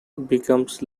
becomes